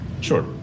Sure